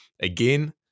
Again